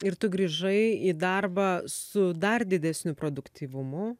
ir tu grįžai į darbą su dar didesniu produktyvumu